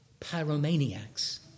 pyromaniacs